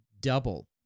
Double